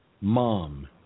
Mom